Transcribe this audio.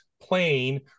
plane